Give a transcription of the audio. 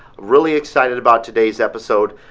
really excited about today's episode.